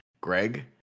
greg